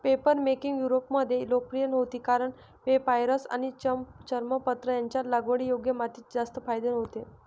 papermaking युरोपमध्ये लोकप्रिय नव्हती कारण पेपायरस आणि चर्मपत्र यांचे लागवडीयोग्य मातीत जास्त फायदे नव्हते